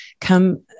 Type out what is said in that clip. come